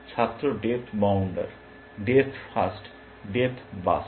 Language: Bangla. ছাত্র depth boundary depth first depth burst